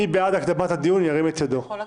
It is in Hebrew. מי בעד הקדמת הדיון בכל הקריאות?